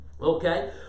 Okay